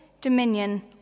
dominion